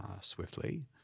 swiftly